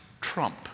trump